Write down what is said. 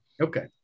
Okay